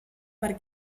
per